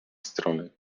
strony